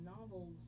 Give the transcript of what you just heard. novels